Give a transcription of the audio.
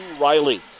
Riley